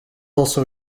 also